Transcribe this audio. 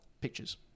pictures